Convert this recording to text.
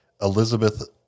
Elizabeth